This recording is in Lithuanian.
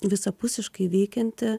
visapusiškai veikianti